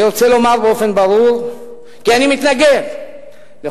אני רוצה לומר באופן ברור כי אני מתנגד לכל